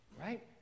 right